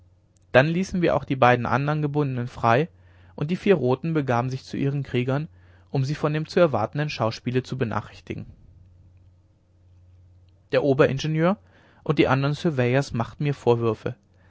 dann ließen wir auch die beiden andern gebundenen frei und die vier roten begaben sich zu ihren kriegern um sie von dem zu erwartenden schauspiele zu benachrichtigen der oberingenieur und die andern surveyors machten mir vorwürfe